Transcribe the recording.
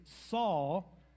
Saul